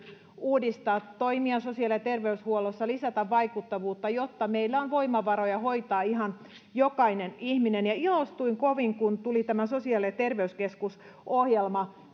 uudistaa toimia sosiaali ja terveydenhuollossa lisätä vaikuttavuutta jotta meillä on voimavaroja hoitaa ihan jokainen ihminen ilostuin kovin kun tuli tämä sosiaali ja terveyskeskusohjelma